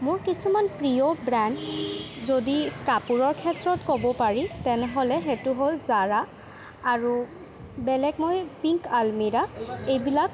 মোৰ কিছুমান প্ৰিয় ব্ৰেণ্ড যদি কাপোৰৰ ক্ষেত্ৰত ক'ব পাৰি তেনেহ'লে সেইটো হ'ল জাৰা আৰু বেলেগ মই পিংক আলমেৰা এইবিলাক